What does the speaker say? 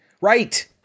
Right